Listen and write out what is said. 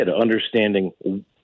understanding